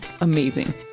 amazing